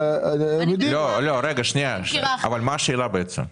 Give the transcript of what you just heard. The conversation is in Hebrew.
מה השאלה?